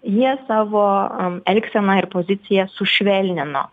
jie savo am elgseną ir poziciją sušvelnino